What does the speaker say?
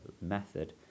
method